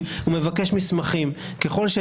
מוגשת התנגדות --- אם אין מי שיגיש התנגדות,